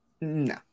No